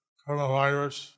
coronavirus